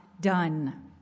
done